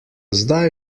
zdaj